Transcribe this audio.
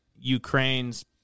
ukraine's